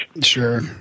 Sure